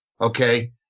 okay